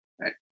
Right